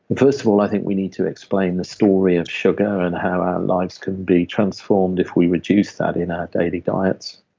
first of all, i think we need to explain the story of sugar, and how our lives can be transformed if we reduce that in our daily diets.